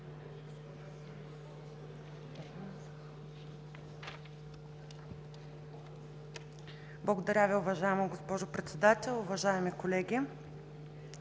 Благодаря Ви, уважаема госпожо Председател. Уважаеми колеги,